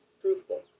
truthful